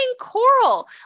coral